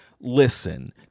listen